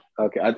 okay